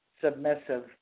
Submissive